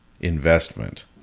investment